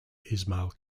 ismail